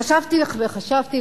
חשבתי וחשבתי,